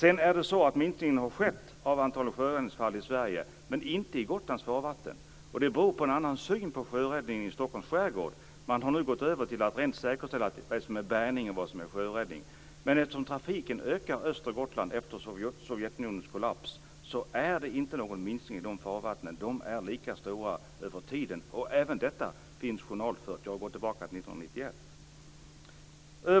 En minskning av antalet sjöräddningsfall i Sverige har förvisso skett men inte i farvattnen utanför Gotland. Anledningen är att man har en annan syn på sjöräddningen i Stockholms skärgård. Man har nu gått över till att säkerställa vad som är bärgning och vad som är sjöräddning. Men eftersom trafiken öster om Gotland ökar efter Sovjetunionens kollaps är det inte någon minskning i de farvattnen. Talen är lika stora över tiden. Även detta finns journalfört. Jag har gått tillbaka till år 1991.